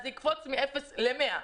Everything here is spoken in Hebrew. זה יקפוץ מאפס ל-100.